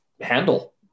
handle